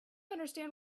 understand